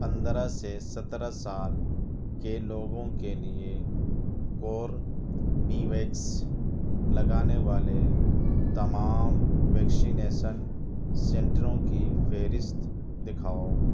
پندرہ سے سترہ سال کے لوگوں کے لیے کوربی ویکس لگانے والے تمام ویکسینیشن سنٹروں کی فہرست دکھاؤ